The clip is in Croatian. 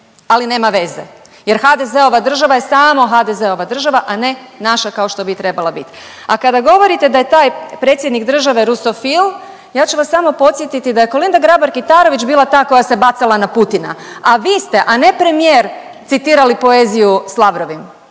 ali nema veze jer HDZ-ova država je samo HDZ-ova država, a ne naša kao što bi i trebala bit. A kada govorite da je taj predsjednik države rusofil ja ću vas samo podsjetiti da je Kolinda Grabar Kitarović bila ta koja se bacala na Putina, a vi ste, a ne premijer, citirali poeziju s Lavrovim,